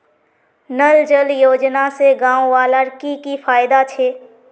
नल जल योजना से गाँव वालार की की फायदा छे?